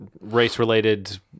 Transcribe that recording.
race-related